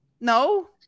No